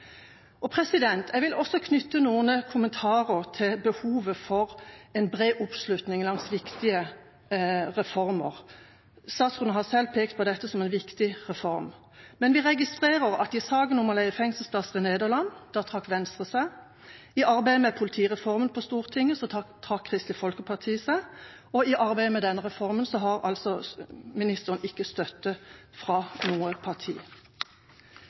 Jeg vil også knytte noen kommentarer til behovet for bred oppslutning om viktige reformer. Statsråden har selv pekt på dette som en viktig reform, men vi registrerer at i saken om å legge fengselsplasser til Nederland trakk Venstre seg, i arbeidet med politireformen på Stortinget trakk Kristelig Folkeparti seg, og i arbeidet med denne reformen har altså ikke ministeren støtte fra noe parti.